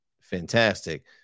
fantastic